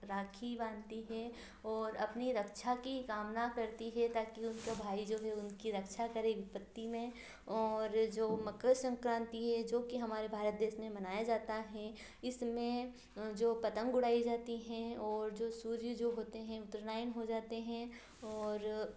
राखी बांधती है और अपनी रक्षा की कामना करती है ताकि उसका भाई जो है उनकी रक्षा करें विपत्ति में औंर जो मकर संक्रांति है जो कि हमारे भारत देश में मनाया जाता है इसमें जो पतंग उड़ाई जाती है और जो सूर्य जो होते हैं उतरायन हो जाते हैं और